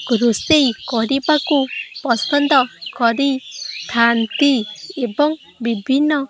ରୋଷେଇ କରିବାକୁ ପସନ୍ଦ କରିଥାଆନ୍ତି ଏବଂ ବିଭିନ୍ନ